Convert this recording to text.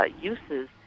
uses